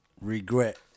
regret